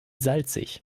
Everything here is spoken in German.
salzig